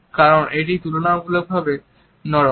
কারণ এটি তুলনামূলকভাবে নরম